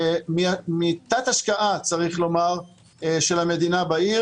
מתת השקעה של המדינה בעיר.